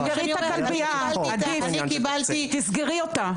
תסגרי את הכלבייה, תסגרי אותה.